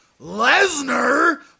Lesnar